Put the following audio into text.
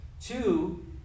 Two